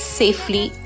safely